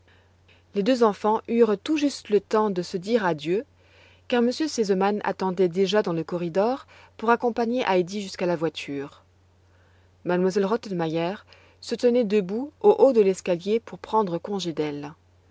les deux enfants eurent tout juste le temps de se dire adieu car m r sesemann attendait déjà dans le corridor pour accompagner heidi jusqu'à la voiture m elle rottenmeier se tenait debout au haut de l'escalier pour prendre congé d'elle